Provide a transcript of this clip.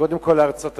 קודם כול לארצות-הברית.